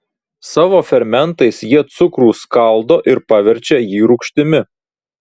savo fermentais jie cukrų skaldo ir paverčia jį rūgštimi